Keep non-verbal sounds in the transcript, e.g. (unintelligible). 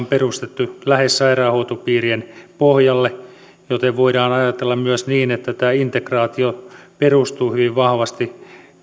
(unintelligible) perustettu lähes sairaanhoitopiirien pohjalle joten voidaan ajatella myös niin että tämä integraatio perustuu hyvin vahvasti